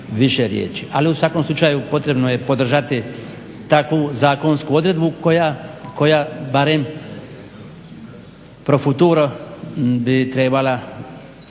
Ali u svakom slučaju potrebno je podržati takvu zakonsku odredbu koja barem pro futuro bi trebala